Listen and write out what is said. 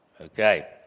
Okay